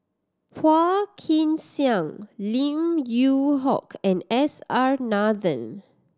Phua Kin Siang Lim Yew Hock and S R Nathan